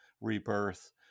rebirth